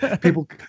People